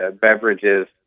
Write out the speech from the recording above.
beverages